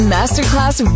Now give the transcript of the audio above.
Masterclass